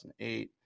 2008